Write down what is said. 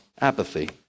apathy